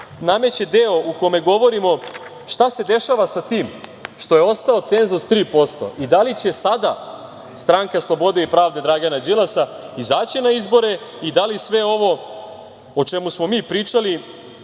nameće deo u kome govorimo šta se dešava sa tim što je ostao cenzus 3% i da li će sada Stranka slobode i pravde Dragana Đilasa izaći na izbore i da li sve ovo o čemu smo mi pričali